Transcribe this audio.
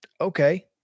okay